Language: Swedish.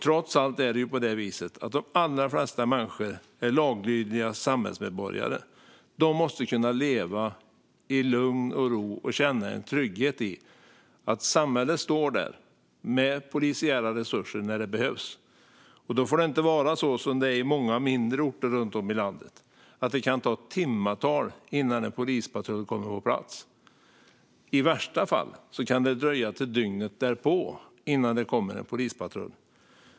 Trots allt är de allra flesta människor laglydiga samhällsmedborgare. De måste kunna leva i lugn och ro och känna en trygghet i att samhället står där med polisiära resurser när det behövs. Då får det inte vara som på många mindre orter i landet, där det kan ta timtals innan en polispatrull kommer på plats. I värsta fall kan det dröja till dygnet därpå innan det kommer en polispatrull.